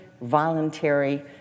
voluntary